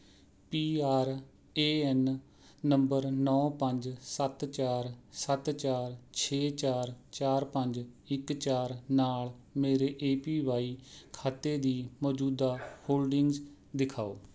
P R A N number ਨੌਂ ਪੰਜ ਸੱਤ ਚਾਰ ਸੱਤ ਚਾਰ ਛੇ ਚਾਰ ਚਾਰ ਪੰਜ ਇੱਕ ਚਾਰ ਨਾਲ ਮੇਰੇ ਏ ਪੀ ਵਾਈ ਖਾਤੇ ਦੀ ਮੌਜੂਦਾ ਹੋਲਡਿੰਗਜ਼ ਦਿਖਾਓ